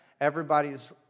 everybody's